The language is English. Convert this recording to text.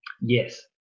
Yes